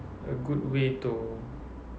a good way to